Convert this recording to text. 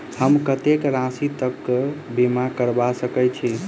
हम कत्तेक राशि तकक बीमा करबा सकैत छी?